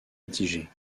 mitigées